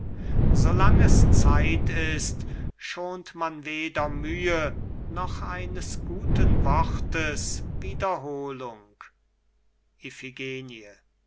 lang es zeit ist schont man weder mühe noch eines guten wortes wiederholung